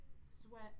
sweat